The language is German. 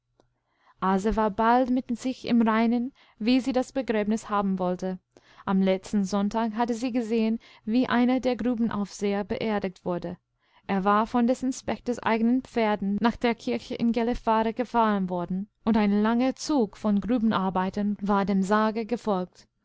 war bald mit sich im reinen wie sie das begräbnis haben wollte am letzten sonntag hatte sie gesehen wie einer der grubenaufseher beerdigt wurde er war von des inspektors eigenen pferden nach der kirche in gellivaregefahrenworden undeinlangerzugvongrubenarbeiternwardem sarge gefolgt